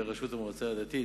לרשות המועצה הדתית,